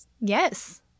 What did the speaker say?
Yes